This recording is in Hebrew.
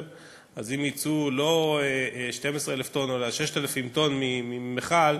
אז אם יצאו לא 12,000 טונות אלא 6,000 טונות ממכל,